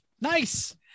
Nice